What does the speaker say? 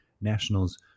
Nationals